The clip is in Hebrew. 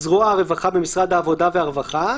זרוע הרווחה במשרד העבודה והרווחה,